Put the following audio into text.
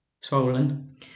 swollen